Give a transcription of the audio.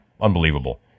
unbelievable